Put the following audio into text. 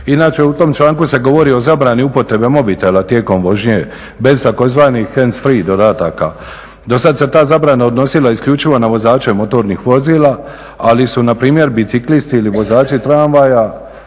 Inače u tom članku se govori o zabrani upotrebe mobitela tijekom vožnje bez tzv. hands free dodataka. Dosad se ta zabrana odnosila isključivo na vozače motornih vozila, ali su npr. biciklisti ili vozači tramvaja